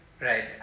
Right